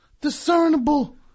discernible